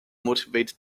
motivate